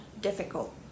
difficult